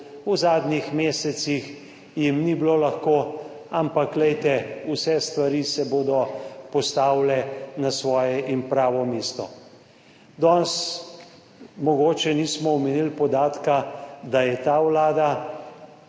V zadnjih mesecih jim ni bilo lahko, ampak glejte, vse stvari se bodo postavile na svoje in pravo mesto. Danes mogoče nismo omenili podatka, da je ta Vlada